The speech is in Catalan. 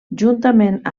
juntament